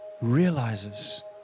realizes